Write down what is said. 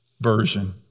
version